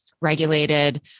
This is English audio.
regulated